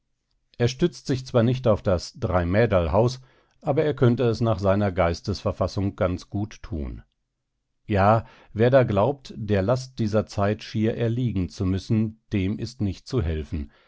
er stützt sich zwar nicht auf das dreimäderlhaus aber er könnte es nach seiner geistesverfassung ganz gut tun ja wer da glaubt der last dieser zeit schier erliegen zu müssen dem ist nicht zu helfen